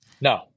No